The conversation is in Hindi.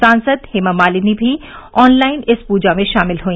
सांसद हेमा मालिनी भी ऑनलाइन इस पूजा में शामिल हुई